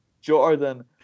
Jordan